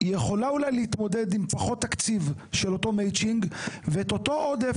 היא יכולה אולי להתמודד עם פחות תקציב של אותו מצ'ינג ואת אותו עודף